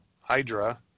Hydra